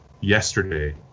yesterday